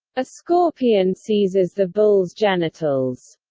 a scorpion seizes the bull's genitals.